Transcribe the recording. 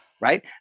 right